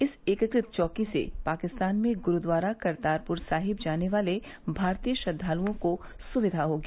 इस एकीकृत चौकी से पाकिस्तान में गुरूद्वारा करतारपुर साहिब जाने वाले भारतीय श्रद्वाल्ओं को सुविधा होगी